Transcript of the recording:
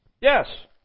Yes